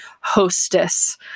hostess